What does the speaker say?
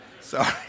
Sorry